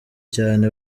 cyane